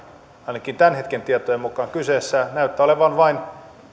ainakin tämän hetken tietojen mukaan kyseessä näyttää olevan vain